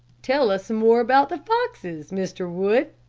tell us some more about the foxes, mr. wood,